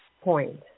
point